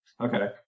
Okay